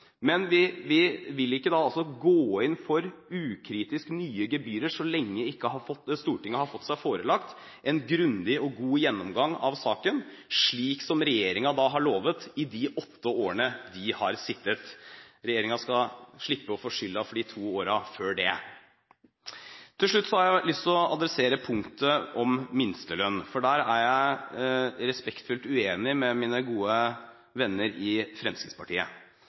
Men vi vil ikke ukritisk gå inn for nye gebyrer så lenge Stortinget ikke har fått seg forelagt en grundig og god gjennomgang av saken, slik som regjeringen har lovet i de åtte årene den har sittet. Regjeringen skal slippe å få skylden for de to årene før det. Til slutt har jeg lyst å adressere punktet om minstelønn, for der er jeg respektfullt uenig med mine gode venner i Fremskrittspartiet.